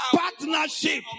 partnership